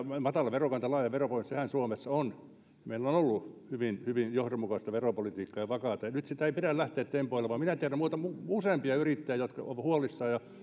matala verokanta laaja veropohja niin sehän suomessa on meillä on on ollut hyvin hyvin johdonmukaista ja vakaata veropolitiikkaa ja nyt sitä ei pidä lähteä tempoilemaan minä tiedän useampia yrittäjiä jotka ovat huolissaan ja